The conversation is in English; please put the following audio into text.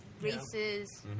races